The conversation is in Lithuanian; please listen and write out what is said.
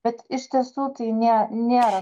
bet iš tiesų tai nė nėra